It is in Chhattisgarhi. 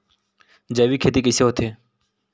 जैविक खेती कइसे होथे?